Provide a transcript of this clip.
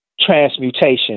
transmutation